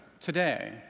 today